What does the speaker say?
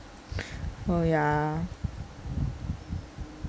oh yeah